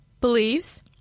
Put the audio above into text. beliefs